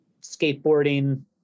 skateboarding